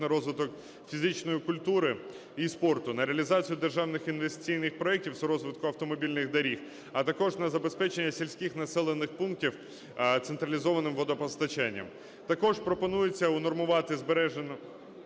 на розвиток фізичної культури і спорту, на реалізацію державних інвестиційних проектів з розвитку автомобільних доріг, а також на забезпечення сільських населених пунктів централізованим водопостачанням. Також пропонується унормувати збереження